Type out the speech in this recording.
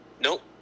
Nope